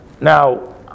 Now